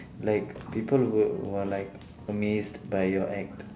like people were were like amazed by your act